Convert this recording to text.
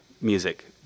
music